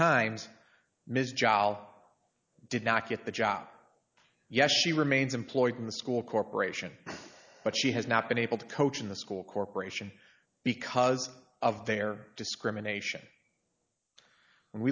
jolly did not get the job yes she remains employed in the school corporation but she has not been able to coach in the school corporation because of their discrimination and